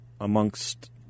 amongst